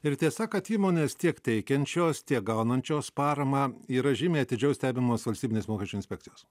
ir tiesa kad įmonės tiek teikiančios tiek gaunančios paramą yra žymiai atidžiau stebimos valstybinės mokesčių inspekcijos